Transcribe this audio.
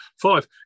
Five